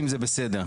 הצבעה